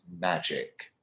magic